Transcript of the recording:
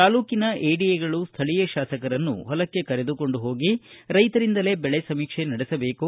ತಾಲೂಕಿನ ಎಡಿಎಗಳು ಸ್ಥಳೀಯ ಶಾಸಕರನ್ನು ಹೊಲಕ್ಕೆ ಕರೆದುಕೊಂಡು ಹೋಗಿ ರೈತರಿಂದಲೇ ಬೆಳೆ ಸಮೀಕ್ಷೆ ನಡೆಸಬೇಕು